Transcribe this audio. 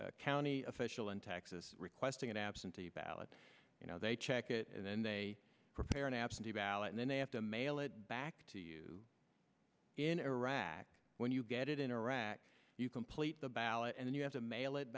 the county official in texas requesting an absentee ballot you know they check it and then they prepare an absentee ballot and then they have to mail it back to you in iraq when you get it in iraq you complete the ballot and you have to mail it